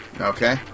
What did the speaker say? Okay